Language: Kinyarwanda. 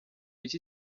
iki